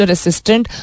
Assistant